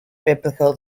biblical